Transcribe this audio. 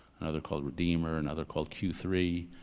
another called redeemer, another called q three.